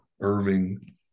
Irving